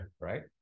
right